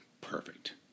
Perfect